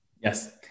Yes